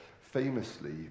famously